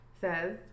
Says